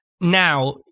now